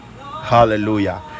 hallelujah